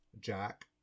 Jack